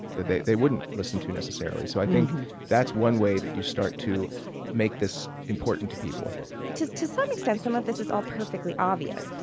they they wouldn't listen to necessarily. so i think that's one way that you start to make this important to people to some extent, some of this is all perfectly obvious.